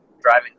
driving